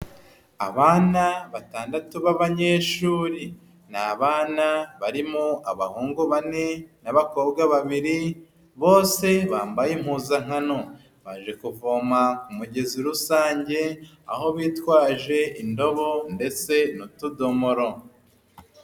Abana batandatu b'abanyeshuri, ni abana barimo abahungu bane n'abakobwa babiri, bose bambaye impuzankano. Baje kuvoma ku mugezi rusange, aho bitwaje indobo ndetse n'utudomoro.